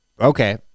Okay